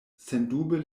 sendube